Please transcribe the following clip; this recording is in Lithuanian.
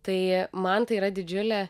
tai man tai yra didžiulė